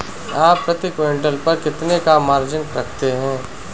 आप प्रति क्विंटल पर कितने का मार्जिन रखते हैं?